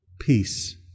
Peace